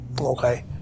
Okay